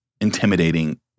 intimidating